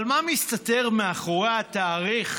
אבל מה מסתתר מאחורי התאריך